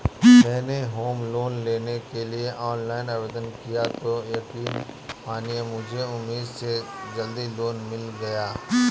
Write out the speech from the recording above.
मैंने home loan लेने के लिए ऑनलाइन आवेदन किया तो यकीन मानिए मुझे उम्मीद से जल्दी लोन मिल गया